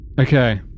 Okay